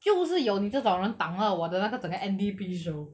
就有你这种人档了我的那个整个 N_D_P show